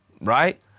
right